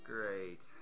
Great